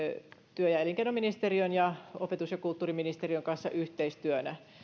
työ ja elinkeinoministeriön ja opetus ja kulttuuriministeriön kanssa